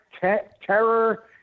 terror